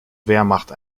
wehrmacht